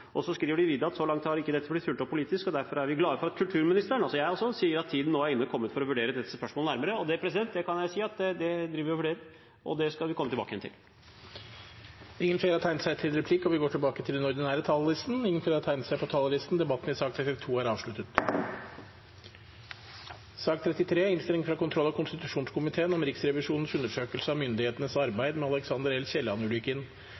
Så skriver de videre at så langt har ikke dette blitt fulgt opp politisk, og derfor er de glade for at kulturministeren – altså jeg – sier at tiden nå endelig er kommet for å vurdere disse spørsmålene nærmere. Jeg kan si at det driver vi og vurderer, og det skal vi komme tilbake til. Replikkordskiftet er omme. Flere har ikke bedt om ordet til sak nr. 32. Etter ønske fra kontroll- og konstitusjonskomiteen vil presidenten ordne debatten slik: 10 minutter til